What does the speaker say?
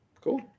cool